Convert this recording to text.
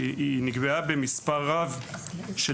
נקבעה במספר רב של